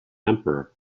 emperor